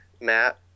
Matt